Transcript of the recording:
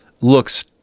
looks